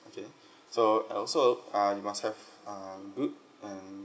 okay so and also uh you must have um good um